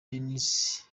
denis